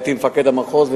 היה אתי מפקד המחוז,